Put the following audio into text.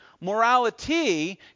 Morality